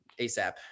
ASAP